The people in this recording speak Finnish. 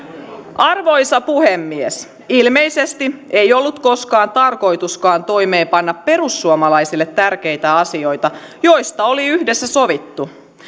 arvoisa puhemies ilmeisesti ei ollut koskaan tarkoituskaan toimeenpanna perussuomalaisille tärkeitä asioita joista oli yhdessä sovittu